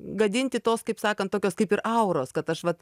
gadinti tos kaip sakant tokios kaip ir auros kad aš vat